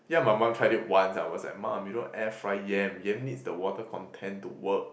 yeah my mum tried it once I was like mum you don't air fry yam yam needs the water content to work